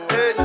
Hey